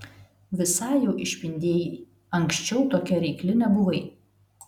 visai jau išpindėjai anksčiau tokia reikli nebuvai